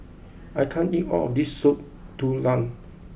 I can't eat all of this Soup Tulang